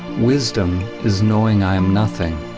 wisdom is knowing i am nothing,